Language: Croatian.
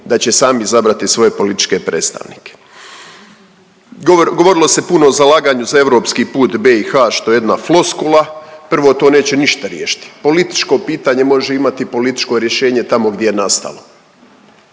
da će sami izabrati svoje političke predstavnike. Govorilo se puno o zalaganju za europski put BiH što je jedna floskula. Prvo to neće ništa riješiti. Političko pitanje može imati političko rješenje tamo gdje je nastalo.